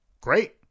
Great